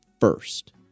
first